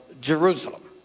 Jerusalem